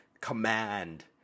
command